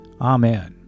Amen